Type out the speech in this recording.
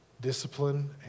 discipline